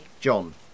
John